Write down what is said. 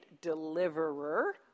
deliverer